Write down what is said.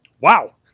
Wow